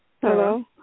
Hello